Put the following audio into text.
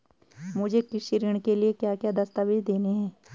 मुझे कृषि ऋण के लिए क्या क्या दस्तावेज़ देने हैं?